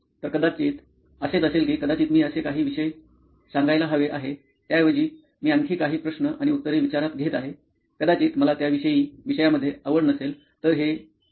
तर कदाचित असेच असेल की कदाचित मी असे काही विषय सांगायला हवे आहे त्याऐवजी मी आणखी काही प्रश्न आणि उत्तरे विचारात घेत आहे कदाचित मला त्या विषया मध्ये आवड नसेल